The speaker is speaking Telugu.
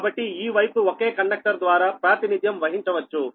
కాబట్టి ఈ వైపు ఒకే కండక్టర్ ద్వారా ప్రాతినిధ్యం వహించవచ్చు